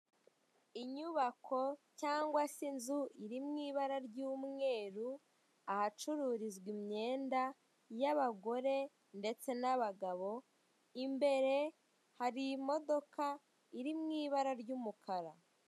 Inyubako, cyangwa se inzu iri mu ibara ry'umweru, ahacururizwa imyenda y'abagore ndetse n'abagabo, imbere hari n'imodoka iri mu ibara ry'umukara.